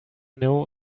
know